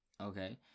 Okay